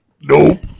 Nope